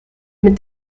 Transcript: mit